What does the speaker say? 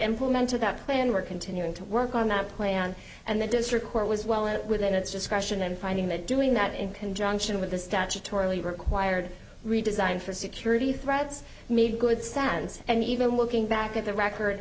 implemented that plan we're continuing to work on that plan and the district court was well it would then it's just a question and finding that doing that in conjunction with the statutorily required redesign for security threats made good sense and even looking back at the record